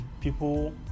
People